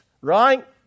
Right